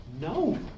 No